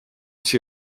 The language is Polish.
się